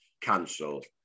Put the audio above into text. cancelled